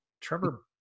Trevor